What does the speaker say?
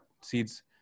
seeds